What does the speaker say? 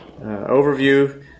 Overview